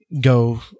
go